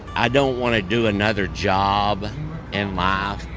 i don't want to do another job in life.